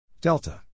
delta